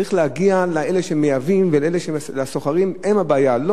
צריך להגיע לאלה שמייבאים ולסוחרים, והם הבעיה.